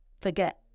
forget